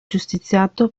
giustiziato